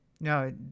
No